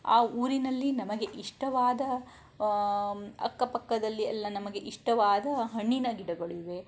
ಆ ಊರಿನಲ್ಲಿ ನಮಗೆ ಇಷ್ಟವಾದ ಅಕ್ಕಪಕ್ಕದಲ್ಲಿ ಎಲ್ಲ ನಮಗೆ ಇಷ್ಟವಾದ ಹಣ್ಣಿನ ಗಿಡಗಳಿವೆ